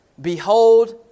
behold